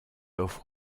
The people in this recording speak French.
offre